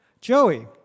Joey